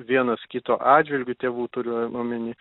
vienas kito atžvilgiu tėvų turiu omeny